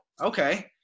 okay